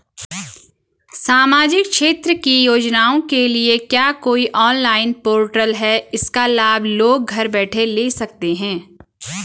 सामाजिक क्षेत्र की योजनाओं के लिए क्या कोई ऑनलाइन पोर्टल है इसका लाभ लोग घर बैठे ले सकते हैं?